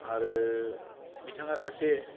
आरो बिथाङा सासे